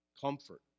Comfort